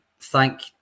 thank